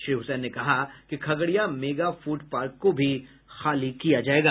श्री हुसैन ने कहा कि खगड़िया मेगा फूड पार्क को भी खाली किया जायेगा